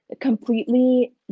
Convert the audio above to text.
completely